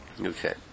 Okay